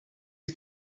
you